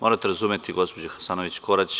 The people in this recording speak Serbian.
Morate razumeti, gospođo Hasanović Korać.